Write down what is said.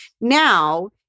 Now